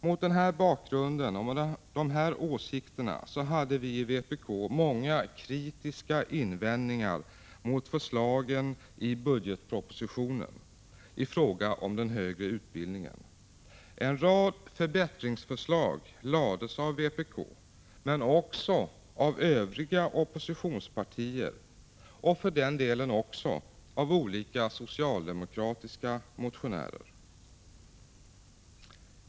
Mot den här bakgrunden och med de här åsikterna hade vi i vpk många kritiska invändningar mot förslagen i budgetpropositionen i fråga om den högre utbildningen. En rad förbättringsförslag lades fram av vpk men också av övriga oppositionspartier — och för den delen också av olika socialdemokratiska motionärer.